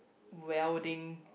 welding